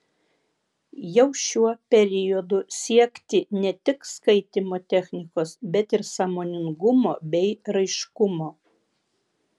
jau šiuo periodu siekti ne tik skaitymo technikos bet ir sąmoningumo bei raiškumo